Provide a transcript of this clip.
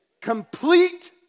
Complete